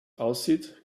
aussieht